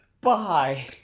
bye